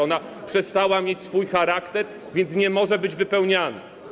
Ona przestała mieć ten charakter, więc nie może być wypełniana.